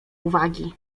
uwagi